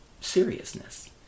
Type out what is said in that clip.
seriousness